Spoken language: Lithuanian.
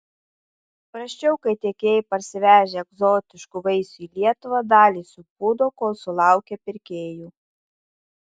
prasčiau kai tiekėjai parsivežę egzotiškų vaisių į lietuvą dalį supūdo kol sulaukia pirkėjų